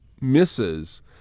misses